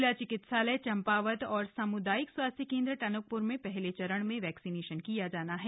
जिला चिकित्सालय चम्पावत और सामुदायिक स्वास्थ्य केंद्र टनकप्र में पहले चरण में वैक्सीनेशन किया जाना है